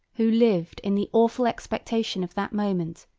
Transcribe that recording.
who lived in the awful expectation of that moment,